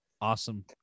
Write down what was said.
awesome